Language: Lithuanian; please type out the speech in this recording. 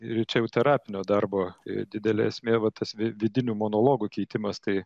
ir čia jau terapinio darbo didelė esmė vat tas vi vidinių monologų keitimas tai